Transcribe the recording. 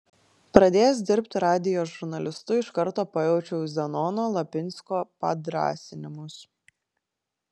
pradėjęs dirbti radijo žurnalistu iš karto pajaučiau zenono lapinsko padrąsinimus